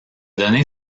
donné